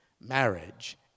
Marriage